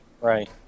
Right